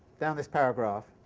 down this paragraph,